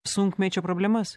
sunkmečio problemas